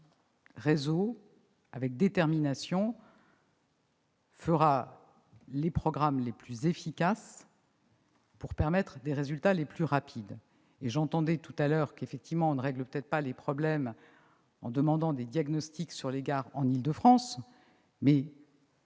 élaborera avec détermination les programmes les plus efficaces pour permettre les résultats les plus rapides. Comme cela été remarqué tout à l'heure, on ne règle peut-être pas les problèmes en demandant des diagnostics sur les gares en Île-de-France, mais,